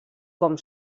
com